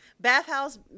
Bathhouse